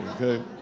Okay